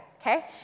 Okay